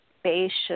spacious